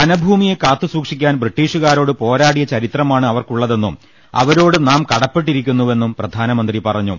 വനഭൂമിയെ കാത്തുസൂക്ഷിക്കാൻ ബ്രിട്ടീഷുകാ രോട് പോരാടിയ ചരിത്രമാണ് അവർക്കുള്ളതെന്നും അവ രോട് നാം കടപ്പെട്ടിരിക്കുവെന്നും പ്രധാനമന്ത്രി പറഞ്ഞു